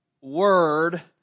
word